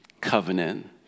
covenant